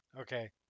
Okay